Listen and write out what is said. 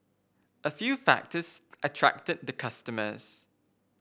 a few factors attracted the customers